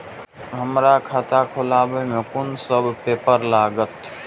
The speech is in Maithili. हमरा खाता खोलाबई में कुन सब पेपर लागत?